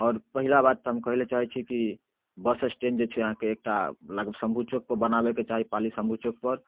आओर पहिला बात तऽ हम कहै लए चाहै छी कि बस स्टैण्ड जे छै अहाँके एकटा लग शम्भू चौकपर बनाबैके चाही पाली शम्भू चौकपर